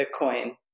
Bitcoin